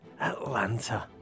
Atlanta